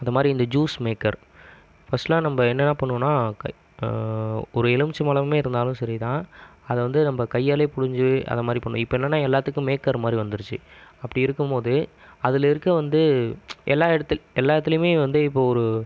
அந்த மாதிரி இந்த ஜூஸ் மேக்கர் ஃபஸ்ட்ல்லாம் நம்ம என்னதான் பண்ணுவோம்ன்னா ஒரு எலுமிச்சைபழமே இருந்தாலும் சரிதான் அதை வந்து நம்ம கையாலே பிழிஞ்சி அது மாதிரி பண்ணுவோம் இப்போ என்னென்னா எல்லாத்துக்கும் மேக்கர் மாதிரி வந்துருச்சு அப்படி இருக்கும்போது அதில் இருக்க வந்து எல்லா இடத்து எல்லாத்துலேயுமே வந்து இப்போது ஒரு